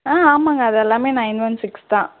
ஆ ஆமாங்க அது எல்லாமே நைன் ஒன் சிக்ஸ் தான்